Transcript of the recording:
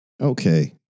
Okay